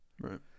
Right